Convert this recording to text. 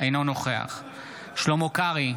אינו נוכח שלמה קרעי,